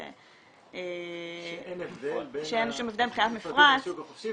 --- שאין הבדל בין ה --- לשוק החופשי